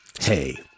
Hey